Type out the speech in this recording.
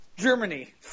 Germany